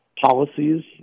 policies